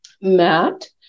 Matt